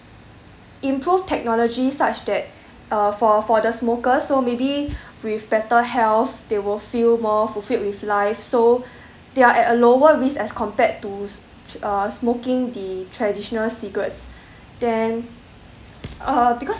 improved technology such that uh for for the smokers so maybe with better health they will feel more fulfilled with life so they are at a lower risk as compared to smoking the traditional cigarettes then uh because